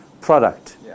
product